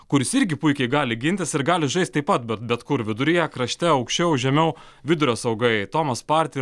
kuris irgi puikiai gali gintis ir gali žaist taip pat bet bet kur viduryje krašte aukščiau žemiau vidurio saugai tomas parti